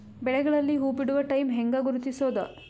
ಬೆಳೆಗಳಲ್ಲಿ ಹೂಬಿಡುವ ಟೈಮ್ ಹೆಂಗ ಗುರುತಿಸೋದ?